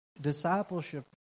discipleship